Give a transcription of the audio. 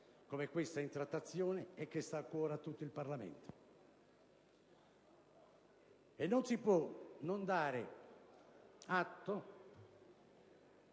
come questa in trattazione e che sta a cuore a tutto il Parlamento. Non si può non dare atto